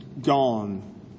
gone